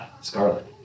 Scarlet